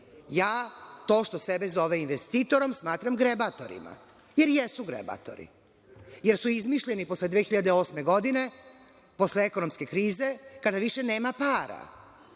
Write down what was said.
Ja to što sebe zove investitorom, smatram grebatorima, jer jesu grebatori, jer su izmišljeni posle 2008. godine, posle ekonomske krize, kada više nema para,